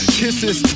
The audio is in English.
kisses